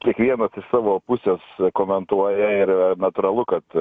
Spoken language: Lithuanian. kiekvienas iš savo pusės komentuoja ir natūralu kad